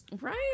right